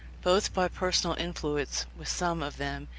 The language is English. both by personal influence with some of them,